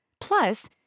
Plus